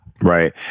Right